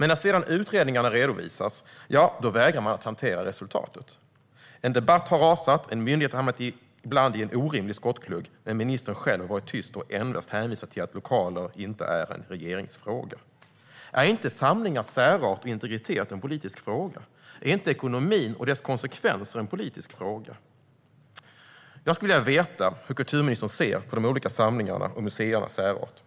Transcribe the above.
När sedan utredningarna redovisas vägrar man att hantera resultatet. En debatt har rasat, en myndighet har hamnat i en ibland orimlig skottglugg men ministern själv har varit tyst och endast hänvisat till att lokaler inte är en regeringsfråga. Är inte samlingars särart och integritet en politisk fråga? Är inte ekonomi och dess konsekvenser en politisk fråga? Jag skulle vilja veta hur kulturministern ser på de olika samlingarna och museernas särart.